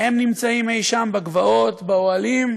נמצאים אי-שם בגבעות, באוהלים,